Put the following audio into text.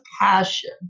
passion